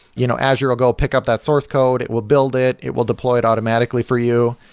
you know azure will go pick up that source code. it will build it. it will deploy it automatically for you.